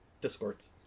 Discords